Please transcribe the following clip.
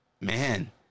Man